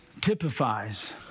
typifies